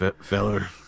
Feller